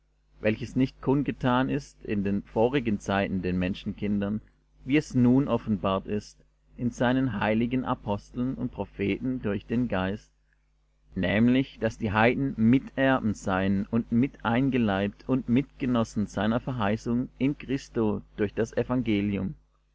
welches nicht kundgetan ist in den vorigen zeiten den menschenkindern wie es nun offenbart ist seinen heiligen aposteln und propheten durch den geist nämlich daß die heiden miterben seien und mit eingeleibt und mitgenossen seiner verheißung in christo durch das evangelium